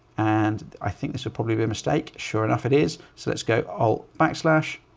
and i think this would probably be a mistake. sure enough it is. so let's go, alt backslash.